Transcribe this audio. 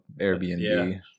Airbnb